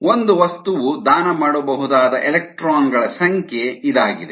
ಒಂದು ವಸ್ತುವು ದಾನ ಮಾಡಬಹುದಾದ ಎಲೆಕ್ಟ್ರಾನ್ ಗಳ ಸಂಖ್ಯೆ ಇದಾಗಿದೆ